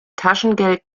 taschengeld